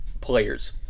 players